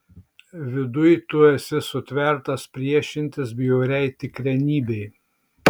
viduj tu esi sutvertas priešintis bjauriai tikrenybei